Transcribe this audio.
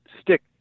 stick